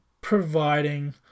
Providing